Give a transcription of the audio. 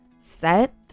set